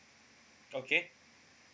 okay